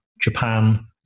Japan